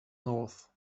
north